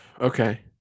Okay